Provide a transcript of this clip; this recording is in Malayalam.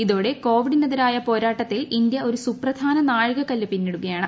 ഇതോടെ കോവിഡിനെതിരായ പോരാട്ടത്തിൽ ഇന്ത്യ ഒരു സുപ്രധാന നാഴികക്കല്ല് പിന്നിടുകയാണ്